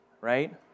right